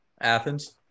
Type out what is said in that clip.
Athens